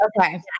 Okay